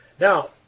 Now